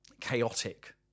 chaotic